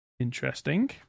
Interesting